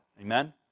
amen